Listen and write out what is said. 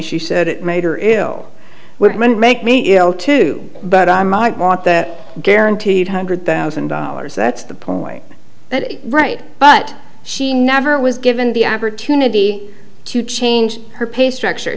she said it made her ill will make me ill too but i might want that guaranteed hundred thousand dollars that's the point that right but she never was given the opportunity to change her pay structure